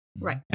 Right